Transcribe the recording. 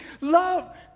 Love